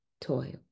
toil